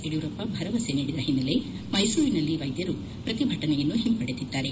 ಯಡಿಯೂರಪ್ಪ ಭರವಸೆ ನೀಡಿದ ಹಿನ್ನೆಲೆ ಮೈಸೂರಿನಲ್ಲಿ ವೈದ್ಯರು ಪ್ರತಿಭಟನೆಯನ್ನು ಹಿಂಪಡೆದಿದ್ದಾರೆ